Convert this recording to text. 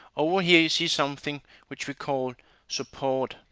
over here you see something which we call support.